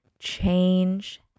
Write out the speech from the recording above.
change